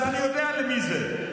אז אני יודע למי זה.